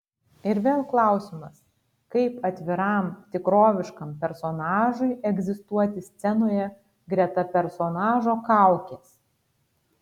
ir vėl klausimas kaip atviram tikroviškam personažui egzistuoti scenoje greta personažo kaukės